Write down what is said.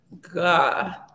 God